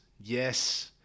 Yes